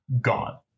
gone